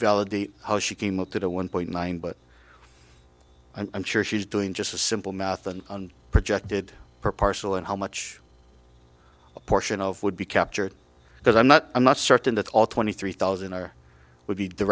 validate how she came up at a one point nine but i'm sure she's doing just the simple math and projected her parcel and how much a portion of would be captured because i'm not i'm not certain that all twenty three thousand are would be